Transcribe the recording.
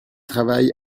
travaille